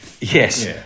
Yes